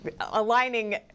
aligning